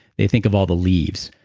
they think of all the leaves.